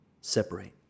Separate